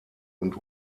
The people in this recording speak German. und